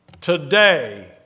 Today